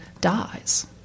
dies